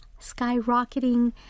skyrocketing